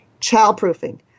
Childproofing